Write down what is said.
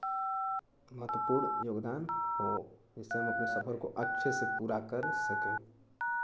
महत्वपूर्ण योगदान हो जिससे हम अपने सफ़र को अच्छे से पूरा कर सकें